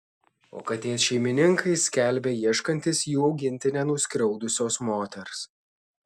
o katės šeimininkai skelbia ieškantys jų augintinę nuskriaudusios moters